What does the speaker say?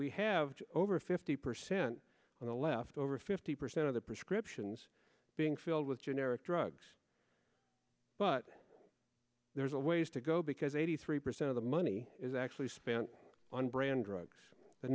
we have over fifty percent on the left over fifty percent of the prescriptions being filled with generic drugs but there's a ways to go because eighty three percent of the money is actually spent on brand drugs the